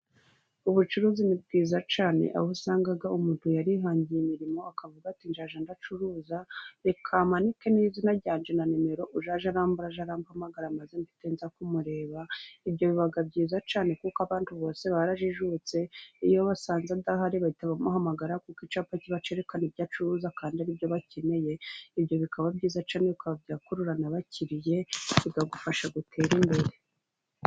ubucuruzi ni bwiza cyane aho usanga umuntu yarihangiye imirimo akavuga ati nzajya ndacuruza, reka manike n'izina ryanjye na nimero, uzajya arambura ajye arampamagara maze mpite nza kumureba, ibyo biba byiza cyane kuko abantu bose barajijutse iyo basanze adahari bahita bamuhamagara kuko icyapa kiba cyerekana ibyo acuruza kandi aribyo bakeneye, ibyo bikaba byiza cyane bikaba bya kurura nabakiriye bikagufasha gutera imbere.